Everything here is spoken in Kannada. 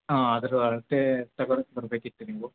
ಹಾಂ ಅದ್ರ ಅಳತೆ ತಗಳೊಕ್ ಬರಬೇಕಿತ್ತು ನೀವು